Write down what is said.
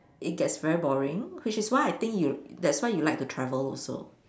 it gets very boring which is why I think you that's why you like to travel also